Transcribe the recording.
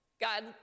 God